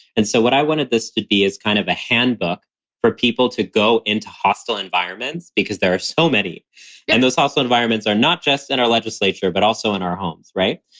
and so what i wanted this to be as kind of a handbook for people to go into hostile environments because there are so many and those also environments are not just in our legislature, but also in our homes. right?